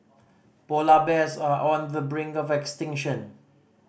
polar bears are on the brink of extinction